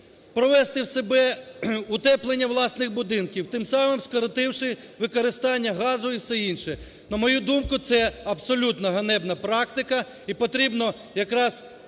провести у себе утеплення власних будинків, тим самим скоротивши використання газу і все інше? На мою думку, це абсолютно ганебна практика і потрібно якраз